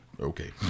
Okay